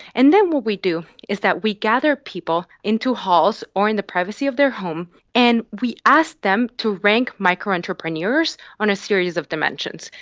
and then what we do is that we gather people into halls or in the privacy of their home and we ask them to rank micro entrepreneurs on a series of dimensions.